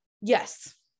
Yes